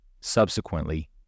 Subsequently